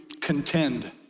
contend